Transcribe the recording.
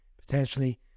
Potentially